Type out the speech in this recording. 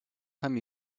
time